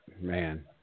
man